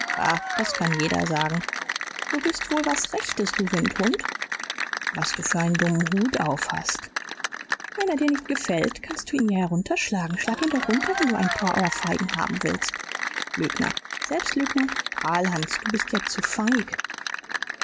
das kann jeder sagen du bist wohl was rechts du windhund was du für einen dummen hut aufhast wenn er dir nicht gefällt kannst du ihn ja herunterschlagen schlag ihn doch runter wenn du ein paar ohrfeigen haben willst lügner selbst lügner prahlhans du bist ja zu feig